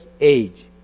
age